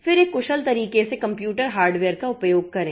फिर एक कुशल तरीके से कंप्यूटर हार्डवेयर का उपयोग करें